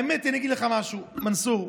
האמת, אני אגיד לך משהו, מנסור: